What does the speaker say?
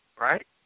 right